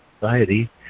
Society